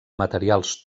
materials